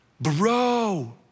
bro